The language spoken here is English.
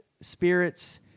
spirits